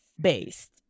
based